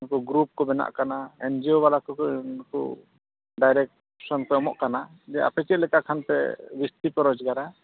ᱩᱱᱠᱩ ᱜᱨᱩᱯ ᱠᱚ ᱵᱮᱱᱟᱜ ᱠᱟᱱᱟ ᱮᱱᱡᱤᱭᱳ ᱵᱟᱞᱟ ᱠᱚᱠᱚ ᱩᱱᱠᱩ ᱰᱟᱭᱨᱮᱠᱥᱚᱱ ᱠᱚ ᱮᱢᱚᱜ ᱠᱟᱱᱟ ᱡᱮ ᱟᱯᱮ ᱪᱮᱫ ᱞᱮᱠᱟ ᱠᱷᱟᱱᱯᱮ ᱡᱟᱹᱥᱛᱤᱯᱮ ᱨᱚᱡᱽᱜᱟᱨᱟ